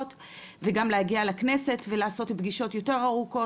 וגם להגיע לכנסת ולעשות פגישות יותר ארוכות,